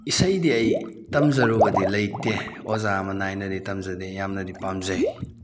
ꯏꯁꯩꯗꯤ ꯑꯩ ꯇꯝꯖꯔꯨꯕꯗꯤ ꯂꯩꯇꯦ ꯑꯣꯖꯥ ꯑꯃ ꯅꯥꯏꯅꯗꯤ ꯇꯝꯖꯗꯦ ꯌꯥꯝꯅꯗꯤ ꯄꯥꯝꯖꯩ